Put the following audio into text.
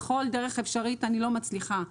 בכל דרך אפשרית אני לא מצליחה.